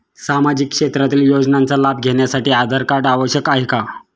सामाजिक क्षेत्रातील योजनांचा लाभ घेण्यासाठी आधार कार्ड आवश्यक आहे का?